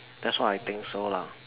that's what I think so lah